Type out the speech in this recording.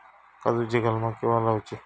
काजुची कलमा केव्हा लावची?